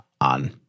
on